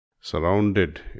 surrounded